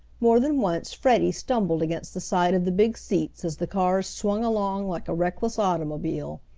more than once freddie stumbled against the side of the big seats as the cars swung along like a reckless automobile,